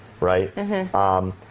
right